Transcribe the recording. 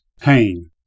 pain